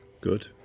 Good